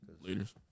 Leaders